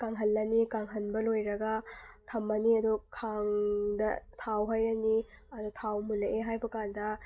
ꯀꯪꯍꯜꯂꯅꯤ ꯀꯪꯍꯟꯕ ꯂꯣꯏꯔꯒ ꯊꯝꯃꯅꯤ ꯑꯗꯣ ꯈꯥꯡꯗ ꯊꯥꯎ ꯍꯩꯔꯅꯤ ꯑꯗꯣ ꯊꯥꯎ ꯃꯨꯜꯂꯛꯑꯦ ꯍꯥꯏꯕ ꯀꯥꯟꯗ